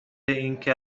اینکه